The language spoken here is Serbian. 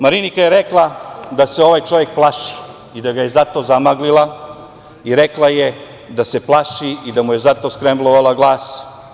Marinika je rekla da se ovaj čovek plaši i da ga je zato zamaglila i rekla je da se plaši i da mu je zato skremblovala glas.